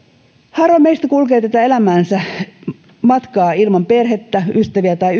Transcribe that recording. harva meistä kulkee tätä elämänsä matkaa ilman perhettä ystäviä tai